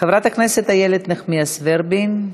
חברת הכנסת איילת נחמיאס ורבין,